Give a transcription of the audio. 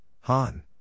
Han